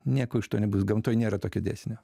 nieko iš to nebus gamtoj nėra tokio dėsnio